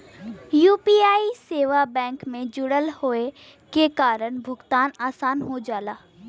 UPI सेवा bank से जुड़ल होये के कारण भुगतान आसान हो जाला